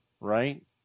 right